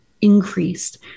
increased